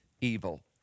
evil